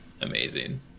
amazing